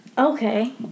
Okay